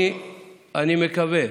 אני מקווה.